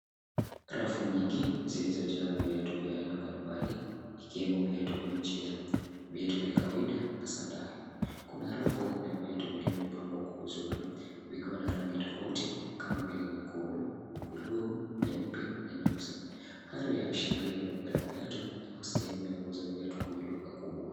Rafu nyingi zilizojaa viatu vya aina mbali mbali ikiwemo viatu vya michezo, viatu vya kawaida haza. Kuba rafu ina viatu vilivyo pangwa kwa uzuri vikiwa na rangi tafauti kama vile nyekundu, bluu nyeupe na nyeusi. Hali inaashiria duka la viatu au sehemu ya kuuza viatu kwenye duka kubwa.